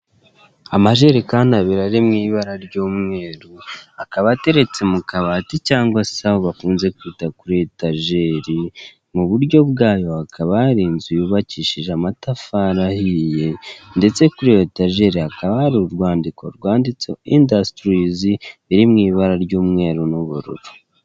Amajerekani abiri ari mu ibara ry'umweru akaba ateretse mu kabati cyangwa aho bakunze kwita kuri etejeri, iburyo bwayo hakaba hari inzu yubakishije amatafari ahiye ndetse kuri iyo etejeri hakaba hari urwandiko rwanditseho indasitirizi biri mu ibara ry'umweru n'ubururu.